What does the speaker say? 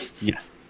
Yes